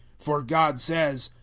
for god says,